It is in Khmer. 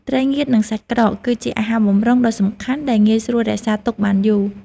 ត្រីងៀត និងសាច់ក្រក គឺជាអាហារបម្រុងដ៏សំខាន់ដែលងាយស្រួលរក្សាទុកបានយូរ។